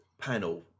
panel